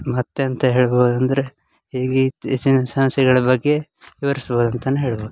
ಮತ್ತು ಎಂತ ಹೇಳ್ಬೋದಂದರೆ ಈಗ ಇತ್ತೀಚಿನ ಸಮಸ್ಯೆಗಳ ಬಗ್ಗೆ ವಿವರಿಸ್ಬೋದು ಅಂತಲೇ ಹೇಳ್ಬೋದು